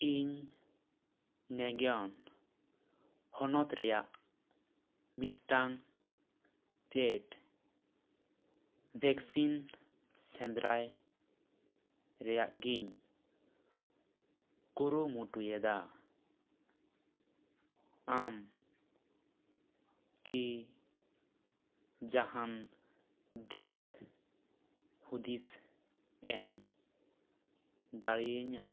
ᱤᱧ ᱱᱟᱜᱟᱣᱚᱱ ᱦᱚᱱᱚᱛ ᱨᱮᱱᱟᱜ ᱢᱤᱫᱴᱟᱝ ᱯᱮᱰ ᱵᱷᱮᱠᱥᱤᱱ ᱥᱮᱸᱫᱽᱨᱟᱭ ᱨᱮᱱᱟᱜ ᱜᱮᱧ ᱠᱩᱨᱩᱢᱩᱴᱩᱭᱮᱫᱟ ᱟᱢᱠᱤ ᱡᱟᱦᱟᱱ ᱫᱤᱥ ᱦᱩᱫᱤᱥ ᱮᱢ ᱫᱟᱲᱮᱭᱟᱹᱧᱟᱹ